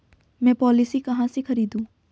मैं पॉलिसी कहाँ से खरीदूं?